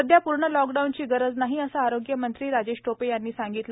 सध्या पूर्ण लॉकडाऊनची गरज नाही असं आरोग्य मंत्री राजेश टोपे यांनी सांगितलं